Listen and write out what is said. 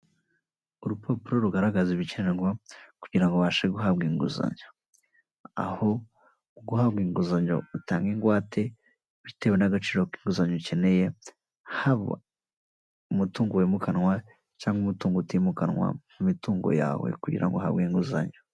Urupapuro rugaragaza ibikenerwa kugira ngo ubashe guhabwa inguzanyo, aho guhabwa inguzanyo utanga ingwate bitewe n'agaciro k'inguzanyo ukeneye haba umutungo wimukanwa cyangwa umutungo utimukanwa mu mitungo yawe kugira ngo uhabwe inguzanyo.